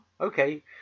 okay